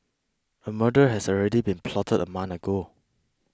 a murder has already been plotted a month ago